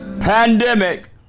pandemic